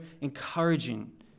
encouraging